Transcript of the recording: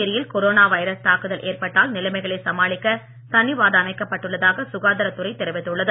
புதுச்சேரியில் corona virus தாக்குதல் ஏற்பட்டால் நிலைமைகளை சமாளிக்க தனி வார்டு அமைக்கப் பட்டுள்ளதாக சுகாதார துறை தெரிவித்துள்ளது